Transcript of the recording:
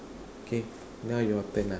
okay now your turn ah